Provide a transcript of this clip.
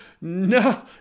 No